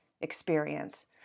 experience